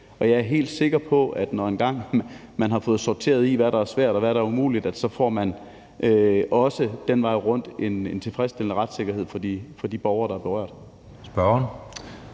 og jeg er helt sikker på, at man, når man engang har fået sorteret i, hvad der er svært og hvad der er umuligt, så også den vej rundt får en tilfredsstillende retssikkerhed for de borgere, der er berørt.